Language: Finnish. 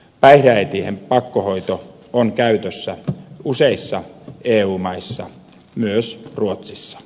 päihdeäitien pakkohoito on käytössä useissa eu maissa myös ruotsissa